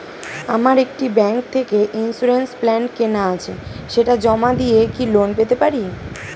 আমার একটি ব্যাংক থেকে ইন্সুরেন্স প্ল্যান কেনা আছে সেটা জমা দিয়ে কি লোন পেতে পারি?